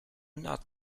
not